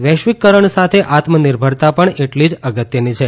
વૈશ્વિકરણની સાથે આત્મનિર્ભરતા પણ એટલી જ અગત્યની છે